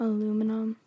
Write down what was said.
Aluminum